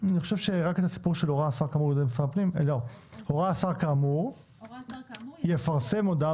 אני חושב שרק את הסיפור 'הורה השר כאמור יפרסם הודעה